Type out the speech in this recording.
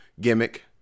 gimmick